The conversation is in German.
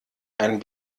ein